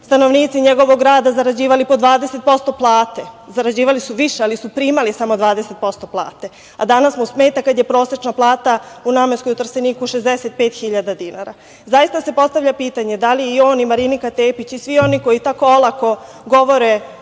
stanovnici njegovog grada zarađivali po 20% plate, zarađivali su više, ali su primali samo 20% plate. Danas mu smeta kada je prosečna plata u Namenskoj u Trsteniku, 65 hiljada dinara. Zaista se, postavlja pitanje - da li on i Marinika Tepić i svi oni koji tako olako govore